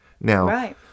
Now